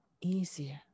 easier